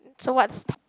so what's